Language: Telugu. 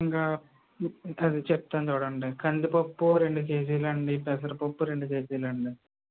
ఇంకా అది చెప్తాను చూడండి కందిపప్పు రెండు కేజీలు అండి పెసరపప్పు రెండు కేజీలు అండి